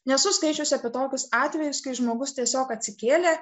nesu skaičiusi apie tokius atvejus kai žmogus tiesiog atsikėlė